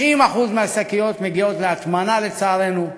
90% מהשקיות מגיעות להטמנה, לצערנו,